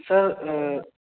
sir